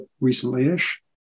recently-ish